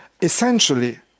essentially